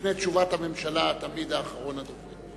לפני תשובת הממשלה אתה תמיד אחרון הדוברים.